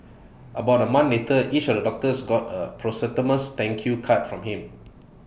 about A month later each of the doctors got A posthumous thank you card from him